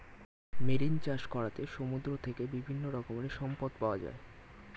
marine চাষ করাতে সমুদ্র থেকে বিভিন্ন রকমের সম্পদ পাওয়া যায়